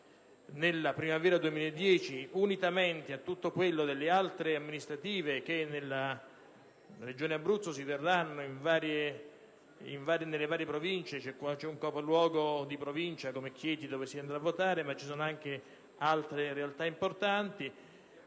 elettorale, unitamente alle altre amministrative che nella Regione Abruzzo si terranno nelle varie Province - c'è un capoluogo di provincia, come Chieti, dove si andrà a votare, ma ci sono anche altre realtà importanti